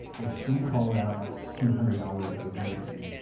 and she called out, like, two hundred dollars that was missing.